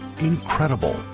incredible